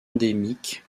endémiques